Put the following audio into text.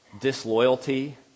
disloyalty